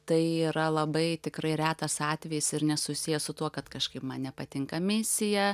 tai yra labai tikrai retas atvejis ir nesusijęs su tuo kad kažkaip man nepatinka misija